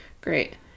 great